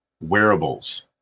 wearables